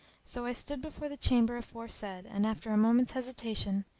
so i stood before the chamber aforesaid and, after a moment's hesitation,